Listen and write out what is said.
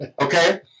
okay